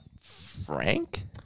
Frank